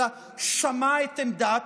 אלא "שמע את עמדת"